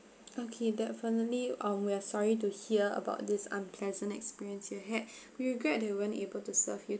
okay definitely um we're sorry to hear about this unpleasant experience you had we regret that we weren't able to serve you